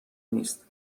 نیست